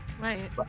Right